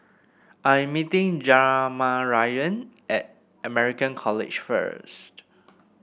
I'm meeting Jamarion at American College first